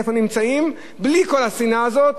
איפה הם נמצאים בלי כל השנאה הזאת,